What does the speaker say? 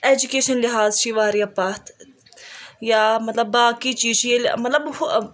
education لِحاظ چھُ یہِ واریاہ پَتھ یا مطلب باقٕے چیٖز چھِ ییٚلہِ مطلب ہُہ